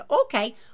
okay